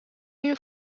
une